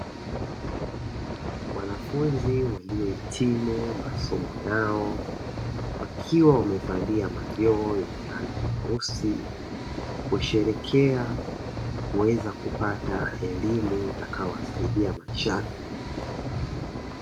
Wanafunzi waliohitimu masomo yao wakiwa wamevalia majoho yenye rangi nyeusi kusherehekea kuweza kupata elimu itakayowasaidia maishani.